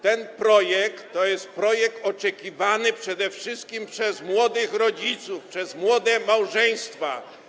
Ten projekt to jest projekt oczekiwany przede wszystkim przez młodych rodziców, przez młode małżeństwa.